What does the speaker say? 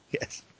yes